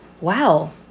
Wow